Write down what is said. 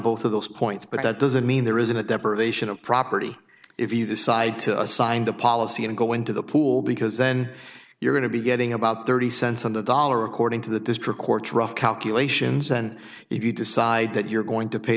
both of those points but that doesn't mean there isn't a deprivation of property if you decide to sign the policy and go into the pool because then you're going to be getting about thirty cents on the dollar according to the district court rough calculations and if you decide that you're going to pay